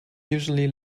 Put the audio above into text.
usually